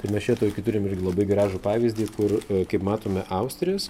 ir mes čia tokį turim ir labai gražų pavyzdį kur kaip matome austrės